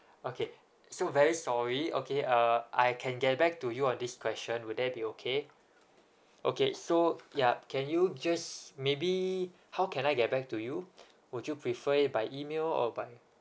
okay so very sorry okay uh I can get back to you on this question would that be okay okay so yup can you just maybe how can I get back to you would you prefer it by email or by